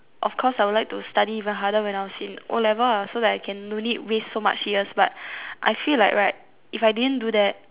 of course I would like to study even harder when I was in O'levels lah so that I can no need waste so much years but I feel like right if I didn't do that